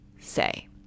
say